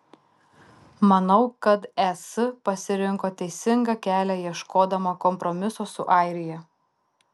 manau kad es pasirinko teisingą kelią ieškodama kompromiso su airija